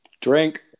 Drink